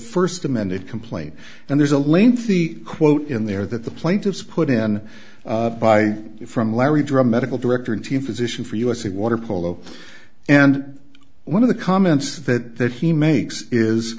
first amended complaint and there's a lengthy quote in there that the plaintiffs put in by from larry drum medical director and team physician for usa waterpolo and one of the comments that he makes is